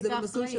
כי זה בנוטיפיקציה.